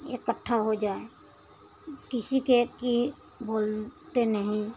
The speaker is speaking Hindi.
इकठ्ठा हो जाए किसी के कि बोलते नहीं